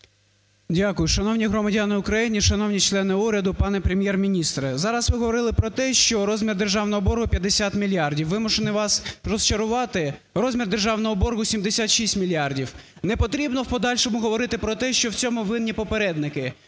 Дякую. Шановні громадяни України, шановні члени уряду, пане Прем'єр-міністре! Зараз ви говорили про те, що розмір державного боргу 50 мільярдів. Вимушений вас розчарувати, розмір державного боргу 76 мільярдів. Не потрібно в подальшому говорити про те, що в цьому винні попередники,